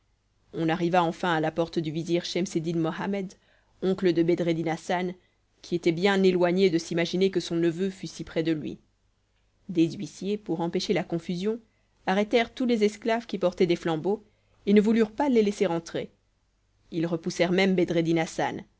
on arriva enfin à la porte du vizir schemseddin mohammed oncle de bedreddin hassan qui était bien éloigné de s'imaginer que son neveu fût si près de lui des huissiers pour empêcher la confusion arrêtèrent tous les esclaves qui portaient des flambeaux et ne voulurent pas les laisser entrer ils repoussèrent même bedreddin hassan